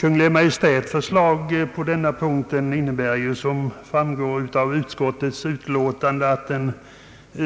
Kungl. Maj:ts förslag innebär som framgår av utskottets utlåtande att den